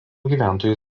gyventojų